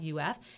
UF